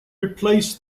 replace